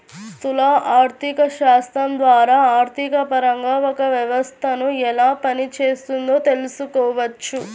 స్థూల ఆర్థికశాస్త్రం ద్వారా ఆర్థికపరంగా ఒక వ్యవస్థను ఎలా పనిచేస్తోందో తెలుసుకోవచ్చు